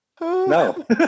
no